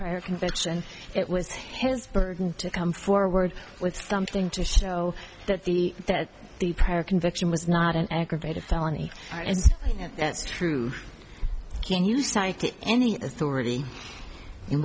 prior conviction it was his burden to come forward with something to show that the that the prior conviction was not an aggravated felony and that's true can you cite any authority